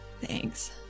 Thanks